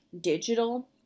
digital